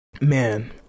Man